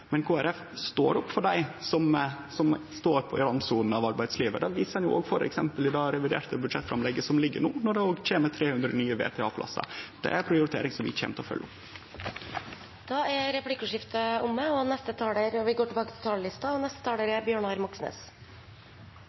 men Kristeleg Folkeparti står opp for dei som står i randsona av arbeidslivet. Det viser vi òg f.eks. i det reviderte budsjettframlegget som ligg føre no, når det kjem 300 nye VTA-plassar. Det er ei prioritering som vi kjem til å følgje opp. Replikkordskiftet er omme. Det er noe som samler nasjonen for tiden, fra sindige vestlendinger til ordknappe innlendinger og